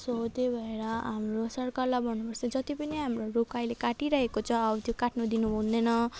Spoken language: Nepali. सो त्यही भएर हाम्रो सरकारलाई भन्नु पर्छ जति पनि रुख आहिले काटिरहेको छ हो त्यो काट्नु दिनु हुँदैन